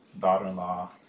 daughter-in-law